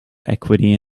equity